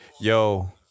Yo